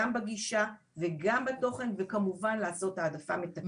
גם בגישה וגם בתוכן וכמובן לעשות העדפה מתקנת.